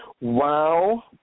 Wow